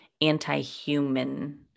anti-human